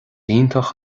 iontach